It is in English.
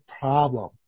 problem